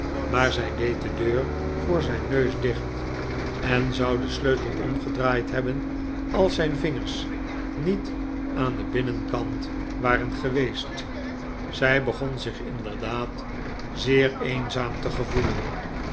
maar zij deed de deur voor zijn neus dicht en zou den sleutel omgedraaid hebben als zijn vingers niet aan den binnenkant waren geweest zij begon zich inderdaad zeer eenzaam te gevoelen